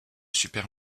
super